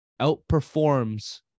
outperforms